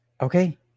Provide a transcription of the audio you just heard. Okay